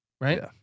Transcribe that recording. Right